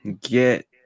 get